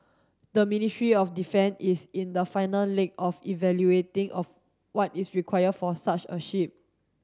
the Ministry of Defence is in the final leg of evaluating of what is required for such a ship